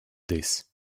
this